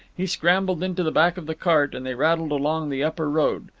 he scrambled into the back of the cart and they rattled along the upper road,